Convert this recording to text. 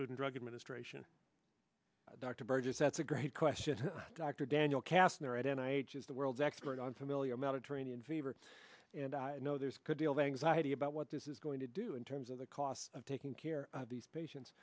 food and drug administration dr burgess that's a great question dr daniel kastner at n i is the world's expert on familiar mediterranean fever and i know there's a good deal of anxiety about what this is going to do in terms of the cost of taking care of these patients